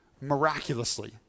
miraculously